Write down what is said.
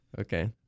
Okay